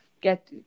get